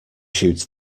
shoot